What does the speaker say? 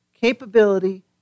capability